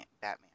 Batman